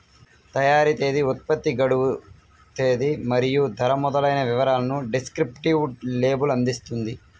తయారీ తేదీ, ఉత్పత్తి గడువు తేదీ మరియు ధర మొదలైన వివరాలను డిస్క్రిప్టివ్ లేబుల్ అందిస్తుంది